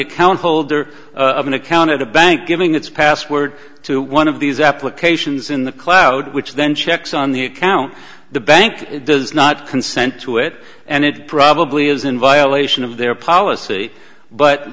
account holder of an account of the bank giving its password to one of these applications in the cloud which then checks on the account the bank does not consent to it and it probably is in violation of their policy but